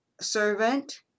servant